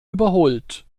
überholt